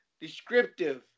descriptive